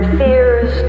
fears